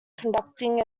conducting